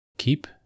Keep